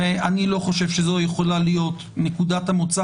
ואני לא חושב שזו יכולה להיות נקודת המוצא